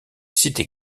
cité